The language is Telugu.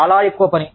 చాలా ఎక్కువ పని